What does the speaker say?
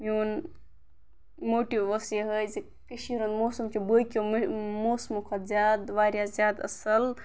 یُن موٹِو اوس یِہٕے زِ کٔشیٖرِ ہُنٛد موسَم چھِ باقیو موسمو کھۄتہٕ زیادٕ واریاہ زیادٕ اَصٕل